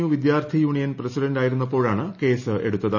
U വിദ്യാർത്ഥി union പ്രസിഡന്റായിരുന്നപ്പോഴാണ് ക്ടേസ് ് എടുത്തത്